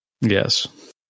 Yes